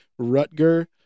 Rutger